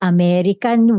American